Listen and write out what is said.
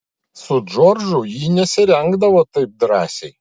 su džordžu ji nesirengdavo taip drąsiai